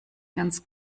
ganz